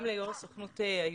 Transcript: גם ליושב ראש הסוכנות היהודית,